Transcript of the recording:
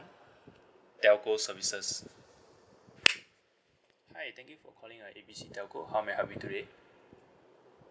telco services hi thank you for calling uh A B C telco how may I help you today